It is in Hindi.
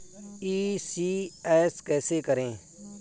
ई.सी.एस कैसे करें?